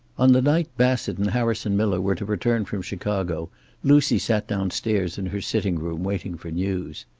on the night bassett and harrison miller were to return from chicago lucy sat downstairs in her sitting-room waiting for news.